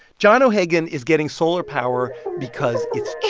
john o'hagan is getting solar power because it's